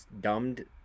dumbed